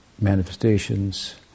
manifestations